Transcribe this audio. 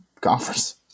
conference